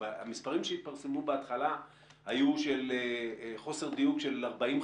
המספרים שהתפרסמו בהתחלה היו של חוסר דיוק של 40%,